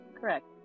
Correct